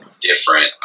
different